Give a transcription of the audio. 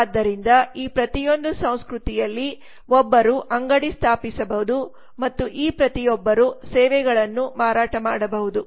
ಆದ್ದರಿಂದ ಈ ಪ್ರತಿಯೊಂದು ಸಂಸ್ಕೃತಿಯಲ್ಲಿ ಒಬ್ಬರು ಅಂಗಡಿ ಸ್ಥಾಪಿಸಬಹುದು ಮತ್ತು ಈ ಪ್ರತಿಯೊಬ್ಬರಿಗೂ ಸೇವೆಗಳನ್ನು ಮಾರಾಟ ಮಾಡಬಹುದು